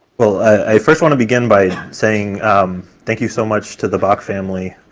well, i first want to begin by saying thank you so much to the bok family